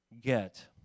get